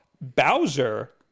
Bowser